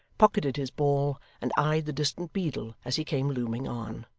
pocketed his ball, and eyed the distant beadle as he came looming on.